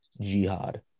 jihad